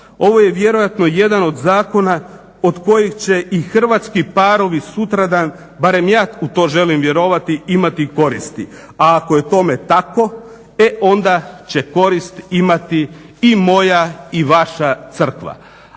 ovo je vjerojatno jedan od zakona od kojih će i hrvatski parovi sutradan, barem ja u to želim vjerovati imati koristi. A ako je tome tako, e onda će korist imati i moja i vaša crkva.